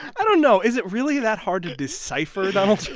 i don't know. is it really that hard to decipher donald